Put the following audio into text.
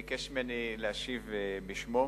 ביקש ממני להשיב בשמו.